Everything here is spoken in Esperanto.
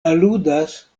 aludas